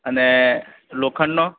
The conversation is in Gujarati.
અને લોખંડનો